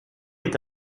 est